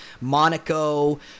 Monaco